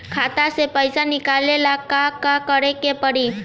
खाता से पैसा निकाले ला का का करे के पड़ी?